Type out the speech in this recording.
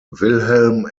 wilhelm